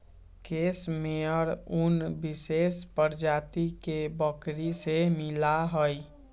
case मेयर उन विशेष प्रजाति के बकरी से मिला हई